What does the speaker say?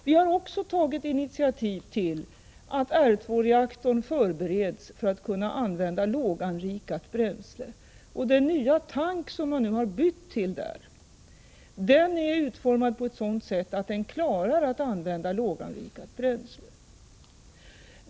Vi har också tagit initiativ till att R2-reaktorn förbereds för att låganrikat bränsle skall kunna användas. Den nya tank som man nu har bytt till är utformad på ett sådant sätt att den klarar att man använder låganrikat bränsle.